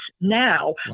now